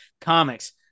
comics